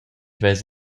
vess